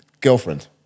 girlfriend